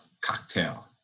cocktail